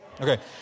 Okay